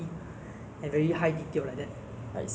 if you say childhood ah childhood maybe tom and jerry lor